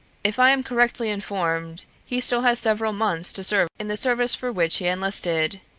if i am correctly informed he still has several months to serve in the service for which he enlisted.